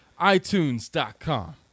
itunes.com